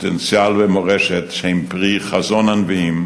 פוטנציאל ומורשת שהם פרי חזון הנביאים